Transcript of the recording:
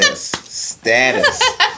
Status